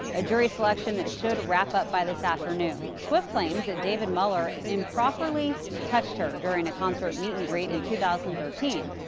ah jury selection should wrap up by this afternoon swift claims and david mueller improperly touched her during a concert meet and greet in two thousand and thirteen.